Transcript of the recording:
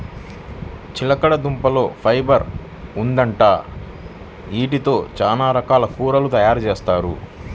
చిలకడదుంపల్లో ఫైబర్ ఉండిద్దంట, యీటితో చానా రకాల కూరలు తయారుజేత్తారు